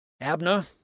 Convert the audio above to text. Abner